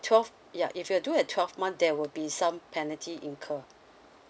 twelve ya if you'll do at twelve month there will be some penalty incur